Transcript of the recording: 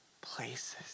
places